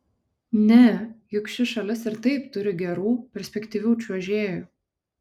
ne juk ši šalis ir taip turi gerų perspektyvių čiuožėjų